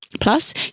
Plus